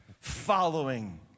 following